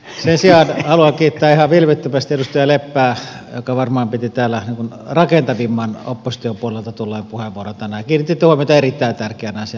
sen sijaan haluan kiittää ihan vilpittömästi edustaja leppää joka varmaan piti täällä rakentavimman oppositiopuolueelta tulleen puheenvuoron tänään kiinnititte huomiota erittäin tärkeään asiaan